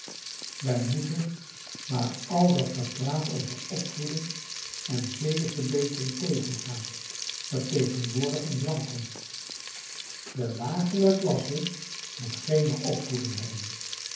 wij moeten maar al dat gepraat over opvoeding en zedenverbetering tegengaan dat tegenwoordig in zwang komt de lagere klasse moet geene opvoeding hebben